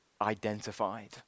identified